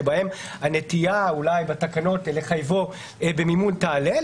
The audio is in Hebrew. שבהם הנטייה בתקנות לחייבו במימון תעלה,